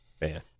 Man